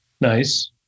Nice